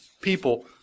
people